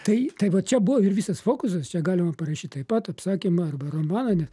tai tai va čia buvo ir visas fokusas čia galima parašyt taip pat apsakymą arba romaną net